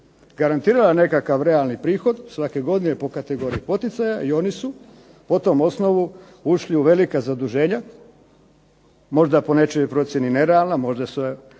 garantirala nekakav realni prihod svake godine po kategoriji poticaja i oni su po tom osnovu ušli u velika zaduženja, možda po nečijoj procjeni nerealna, možda je